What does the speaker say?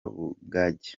bugacya